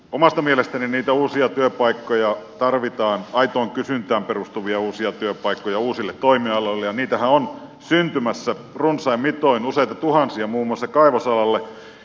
omasta mielestäni niitä uusia työpaikkoja tarvitaan aitoon kysyntään perustuvia uusia työpaikkoja uusille toimialoille ja niitähän on syntymässä runsain mitoin useita tuhansia muun muassa kaivosalalle